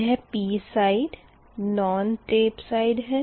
यह P side non tape side है